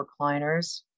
recliners